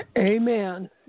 Amen